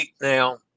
now